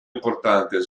importante